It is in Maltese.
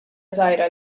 żgħira